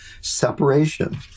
separation